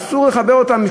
אסור לחבר את הדברים.